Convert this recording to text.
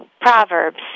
Proverbs